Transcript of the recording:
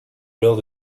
alors